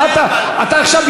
אתה עכשיו,